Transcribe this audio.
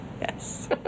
Yes